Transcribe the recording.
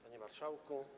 Panie Marszałku!